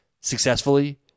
successfully